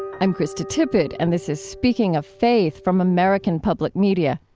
i'm krista tippett, and this is speaking of faith from american public media.